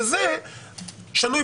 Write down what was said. שזה שנוי